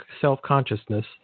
self-consciousness